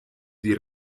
dir